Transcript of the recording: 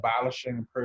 abolishing